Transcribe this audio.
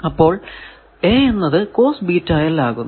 അപ്പോൾ A എന്നത് ആകുന്നു